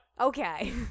Okay